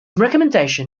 recommendation